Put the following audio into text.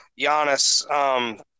Giannis